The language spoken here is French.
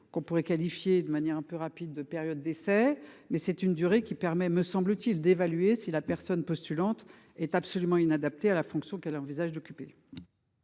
qu'on pourrait qualifier de manière un peu rapide de période d'essai, mais c'est une durée qui permet, me semble-t-il d'évaluer si la personne postulante est absolument inadaptés à la fonction qu'elle envisagent d'occuper.